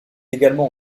également